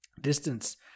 distance